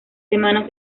semanas